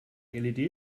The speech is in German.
led